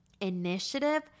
Initiative